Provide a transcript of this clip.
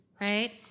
right